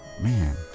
Man